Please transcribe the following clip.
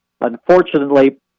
unfortunately